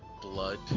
blood